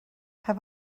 have